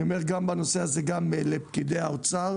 אני מדבר בנושא הזה גם לפקידי האוצר,